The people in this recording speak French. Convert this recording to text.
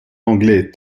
anglais